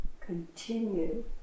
continue